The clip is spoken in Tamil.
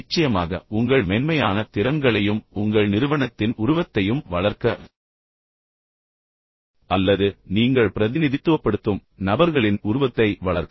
நிச்சயமாக உங்கள் மென்மையான திறன்களையும் உங்கள் நிறுவனத்தின் உருவத்தையும் வளர்க்க அல்லது நீங்கள் பிரதிநிதித்துவப்படுத்தும் நபர்களின் உருவத்தை வளர்க்க